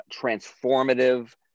transformative